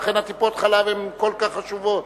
ולכן טיפות-החלב הן כל כך חשובות.